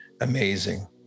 amazing